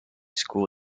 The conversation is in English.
school